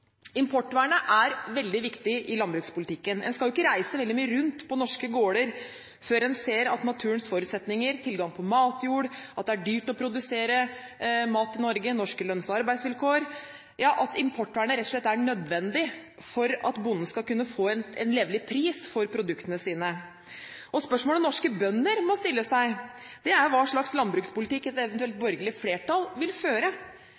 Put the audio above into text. Importvernet er veldig viktig i landbrukspolitikken. En skal ikke reise veldig mye rundt på norske gårder før en ser at naturens forutsetninger, tilgang på matjord, det at det er dyrt å produsere mat i Norge samt norske lønns- og arbeidsvilkår, gjør at importvernet rett og slett er nødvendig for at bonden skal kunne få en levelig pris for produktene sine. Spørsmålet norske bønder må stille seg, er hva slags landbrukspolitikk et eventuelt borgerlig flertall vil føre.